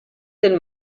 del